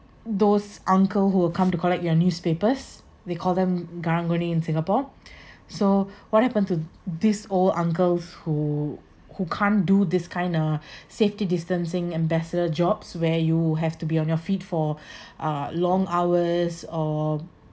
those uncle who will come to collect your newspapers they call them karang-guni in singapore so what happen to these old uncles who who can't do this kind of safety distancing ambassador jobs where you have to be on your feet for uh long hours or